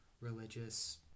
religious